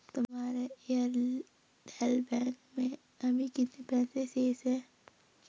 तुम्हारे Airtel bank में अभी कितने पैसे शेष हैं?